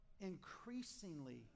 increasingly